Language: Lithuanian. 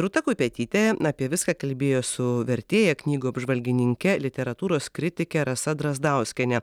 rūta kupetytė apie viską kalbėjo su vertėja knygų apžvalgininke literatūros kritike rasa drazdauskiene